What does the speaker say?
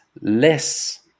less